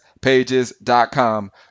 pages.com